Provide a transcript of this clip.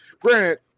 Granted